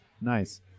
Nice